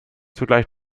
zugleich